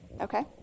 Okay